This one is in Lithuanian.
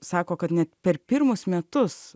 sako kad net per pirmus metus